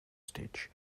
stitch